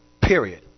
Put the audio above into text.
period